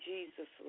Jesus